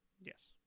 Yes